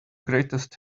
greatest